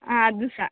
ಹಾಂ ಅದು ಸಹ